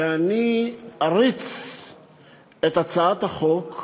שאני אריץ את הצעת החוק.